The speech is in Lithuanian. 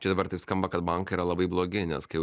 čia dabar taip skamba kad bankai yra labai blogi nes kai